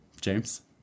James